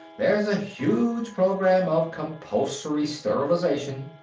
there's a huge program of compulsory sterilization,